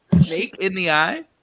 Snake-in-the-Eye